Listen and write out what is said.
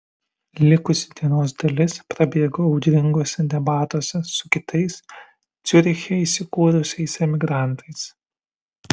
likusi dienos dalis prabėgo audringuose debatuose su kitais ciuriche įsikūrusiais emigrantais